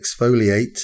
exfoliate